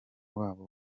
wabo